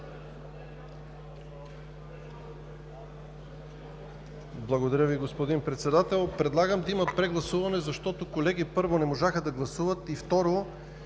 Благодаря Ви, господин Председател. Предлагам да има прегласуване защото, първо, колеги не можаха да гласуват и, второ,